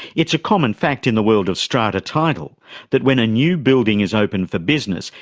it's a common fact in the world of strata title that when a new building is open for business,